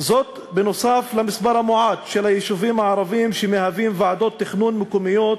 נוסף על המספר המועט של היישובים הערביים שמהווים ועדות תכנון מקומיות,